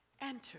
Enter